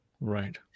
Right